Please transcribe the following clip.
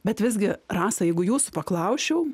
bet visgi rasa jeigu jūsų paklausčiau